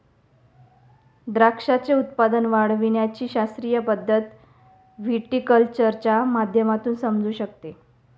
द्राक्षाचे उत्पादन वाढविण्याची शास्त्रीय पद्धत व्हिटीकल्चरच्या माध्यमातून समजू शकते